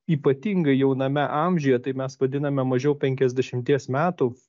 ypatingai jauname amžiuje taip mes vadiname mažiau penkiasdešimties metų